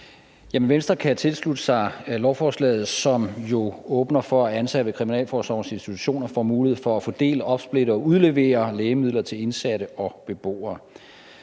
Venstre kan tilslutte sig lovforslaget, som jo åbner for, at ansatte i Kriminalforsorgens institutioner får mulighed for at fordele, opsplitte og udlevere lægemidler til indsatte og beboere.